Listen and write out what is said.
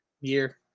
year